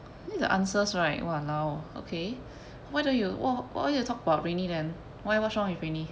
you read the answers right !walao! okay why don't you wh~ wh~ why don't you talk about rainy then what's wrong with rainy